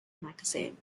magazine